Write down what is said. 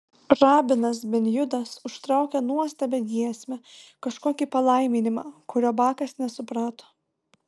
rabinas ben judas užtraukė nuostabią giesmę kažkokį palaiminimą kurio bakas nesuprato